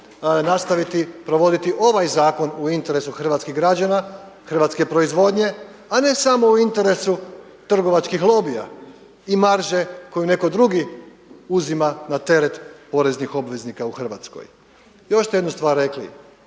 nastaviti provoditi ovaj zakon u interesu hrvatskih građana, hrvatske proizvodnje, a ne samo u interesu trgovačkih lobija i marže koju netko drugi uzima na teret poreznih obveznika u Hrvatskoj. Još ste jednu stvar rekli